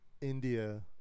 India